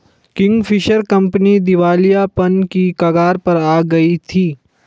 Kingfisher company दिवालियापन की कगार पर आ गई थी